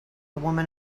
woman